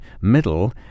middle